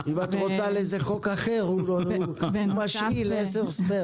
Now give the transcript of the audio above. אם את רוצה על איזה חוק אחר, הוא משאיל עשר.